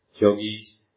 yogi's